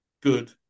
good